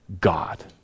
God